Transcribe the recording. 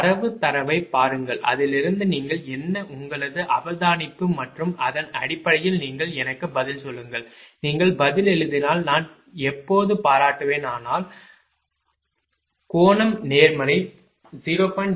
தரவு தரவைப் பாருங்கள் அதிலிருந்து நீங்கள் என்ன உங்களது அவதானிப்பு மற்றும் அதன் அடிப்படையில் நீங்கள் எனக்கு பதில் சொல்லுங்கள் நீங்கள் பதில் எழுதினால் நான் எப்போது பாராட்டுவேன் ஆனால் கோணம் நேர்மறை 0